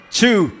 two